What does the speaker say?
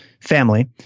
family